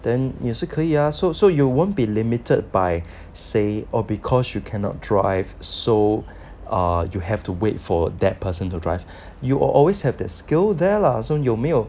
then 你是可以 ah so you won't be limited by say or because you cannot drive so uh you have to wait for that person to drive you always have their skill there lah so 有没有